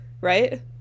right